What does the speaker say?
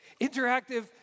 interactive